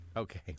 Okay